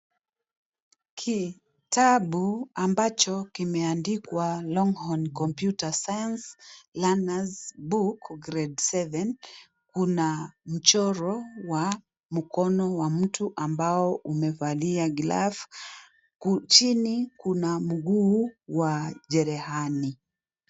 Kitabu ambacho kimeandikwa Longhorn Computer Science Learner's Book grade 7. Kuna mchoro wa mkono wa mtu ambao umevalia (CS)glove(CS)chini kuna mguu wa jerehani.